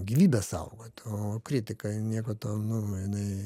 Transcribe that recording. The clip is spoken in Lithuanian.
gyvybę saugoti o kritika jin nieko tau nu jinai